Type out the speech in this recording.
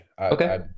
Okay